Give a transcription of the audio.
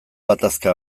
gatazka